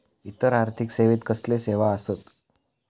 इतर आर्थिक सेवेत कसले सेवा आसत?